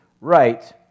right